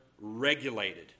regulated